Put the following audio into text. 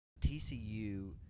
TCU